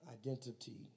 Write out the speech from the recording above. identity